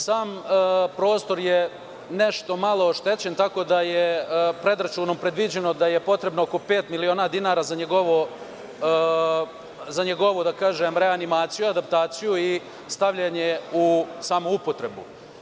Sam prostor je nešto malo oštećen, tako da je predračunom predviđeno da je potrebno oko pet miliona dinara za njegovu, da kažem, reanimaciju, adaptaciju i stavljanje u samu upotrebu.